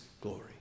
glory